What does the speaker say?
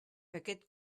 aquest